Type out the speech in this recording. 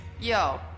Yo